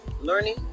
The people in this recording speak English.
learning